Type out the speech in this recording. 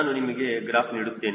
ನಾನು ನಿಮಗೆ ಗ್ರಾಫ್ ನೀಡುತ್ತೇನೆ